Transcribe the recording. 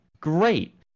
Great